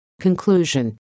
Conclusion